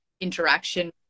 interaction